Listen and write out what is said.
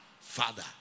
father